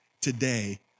today